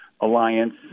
Alliance